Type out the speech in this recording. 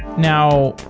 now,